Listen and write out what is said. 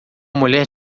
mulher